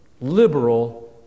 liberal